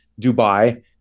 Dubai